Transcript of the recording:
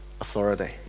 authority